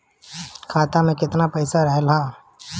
खाता में केतना पइसा रहल ह?